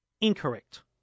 Incorrect